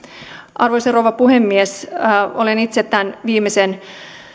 arvoisa rouva puhemies olen itse tämän viimeisen